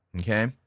Okay